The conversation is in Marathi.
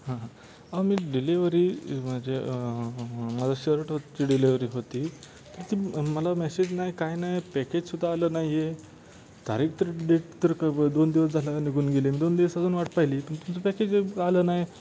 हा अहो मी डिलेवरी म्हणजे माझा शर्ट होती डिलेवरी होती तर ती मला मेसेज नाही काय नाही पॅकेज सुद्धा आलं नाही आहे तारीख तर डेट तर क दोन दिवस झालं निघून गेली न दोन दिवस अजून वाट पाहिली पण तुमचं पॅकेज आलं नाही